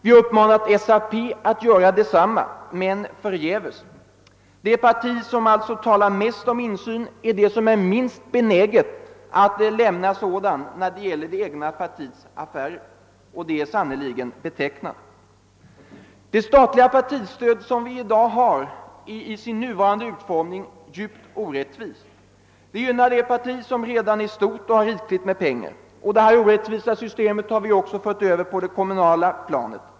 Vi har uppmanat SAP att göra detsamma, men förgäves. Det parti som talar mest om insyn är det som är minst benäget att lämna sådan när det gäller det egna partiets affärer, och det är sannerligen betecknande. Det statliga partistödet är i sin nuvarande utformning djupt orättvist. Det gynnar det parti som redan är stort och har rikligt med pengar. Detta orättvisa system har riksdagen också fört över på det kommunala planet.